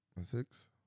Six